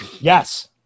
yes